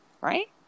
right